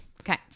Okay